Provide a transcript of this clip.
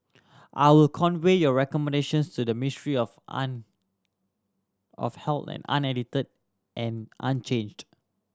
I will convey your recommendations to the Ministry of of Health unedited and unchanged